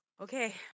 Okay